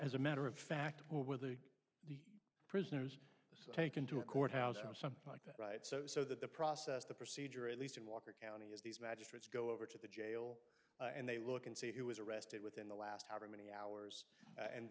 as a matter of fact with the prisoners taken to a courthouse or something like that right so that the process the procedure at least in walker county is these magistrates go over to the jail and they look and say it was arrested within the last however many hours and